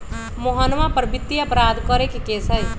मोहना पर वित्तीय अपराध करे के केस हई